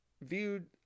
viewed